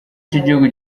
cy’igihugu